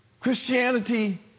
Christianity